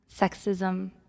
sexism